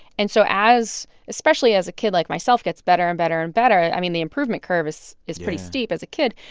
and so as especially as a kid like myself gets better and better and better i mean, the improvement curve. yeah. is pretty steep as a kid.